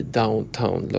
downtown